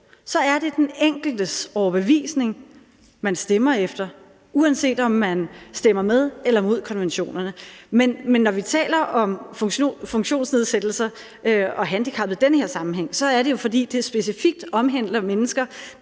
er det den enkeltes overbevisning, man stemmer efter, uanset om man stemmer med eller mod konventionerne. Men når vi taler om funktionsnedsættelser og handicappede i den her sammenhæng, er det jo, fordi det specifikt omhandler mennesker,